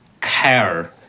care